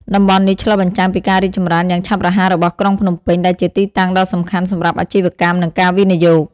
តំបន់នេះឆ្លុះបញ្ចាំងពីការរីកចម្រើនយ៉ាងឆាប់រហ័សរបស់ក្រុងភ្នំពេញ ដែលជាទីតាំងដ៏សំខាន់សម្រាប់អាជីវកម្ម និងការវិនិយោគ។